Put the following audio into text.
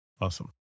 Awesome